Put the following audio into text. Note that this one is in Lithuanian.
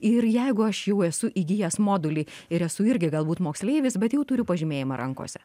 ir jeigu aš jau esu įgijęs modulį ir esu irgi galbūt moksleivis bet jau turiu pažymėjimą rankose